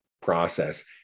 process